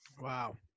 Wow